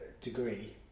degree